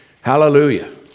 Hallelujah